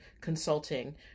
consulting